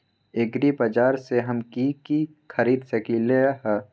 एग्रीबाजार से हम की की खरीद सकलियै ह?